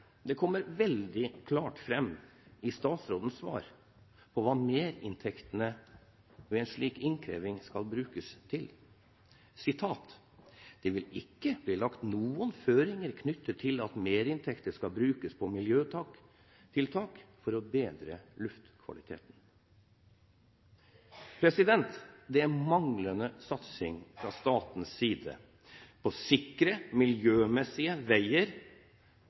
Det kommer veldig klart fram i statsrådens svar på hva merinntektene ved en slik innkreving skal brukes til, at «det ikke blir noen føringer knyttet til at merinntektene skal brukes på miljøtiltak for å forbedre luftkvaliteten». Det er manglende satsing fra statens side på sikre, miljømessige veier